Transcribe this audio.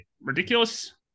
ridiculous